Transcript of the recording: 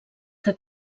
que